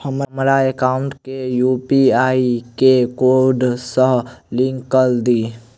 हमरा एकाउंट केँ UPI code सअ लिंक कऽ दिऽ?